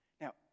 Now